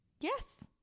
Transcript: Yes